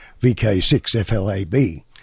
VK6FLAB